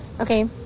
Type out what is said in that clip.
okay